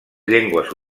llengües